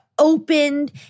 opened